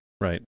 Right